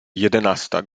jedenasta